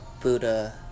Buddha